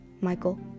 Michael